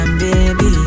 baby